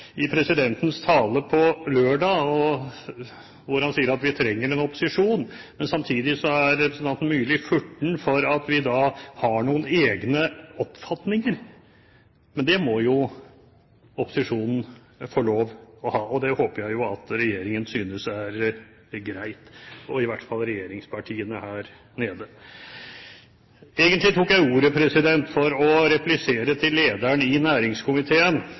i presidentens tale på lørdag, sier han at vi trenger en opposisjon. Samtidig er representanten Myrli furten for at vi har noen egne oppfatninger. Men det må jo opposisjonen få lov til å ha, og det håper jeg at regjeringen – og i hvert fall regjeringspartiene her – synes er greit. Egentlig tok jeg ordet for å replisere til lederen av næringskomiteen, som mener at man har lyktes så godt i